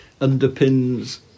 underpins